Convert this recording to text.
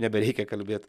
nebereikia kalbėt